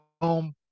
home